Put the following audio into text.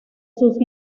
sus